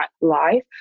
life